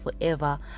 forever